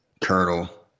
Colonel